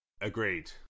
Agreed